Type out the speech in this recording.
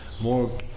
more